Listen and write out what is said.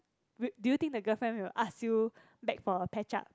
do you know the girlfriend will ask you back for a patch up